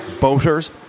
Boaters